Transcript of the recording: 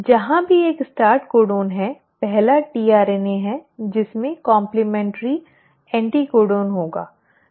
जहां भी एक स्टार्ट कोडन है पहला tRNA है जिसमें कॉमप्लीमेंट्री एंटीकोडॉन होगा